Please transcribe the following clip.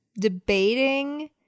debating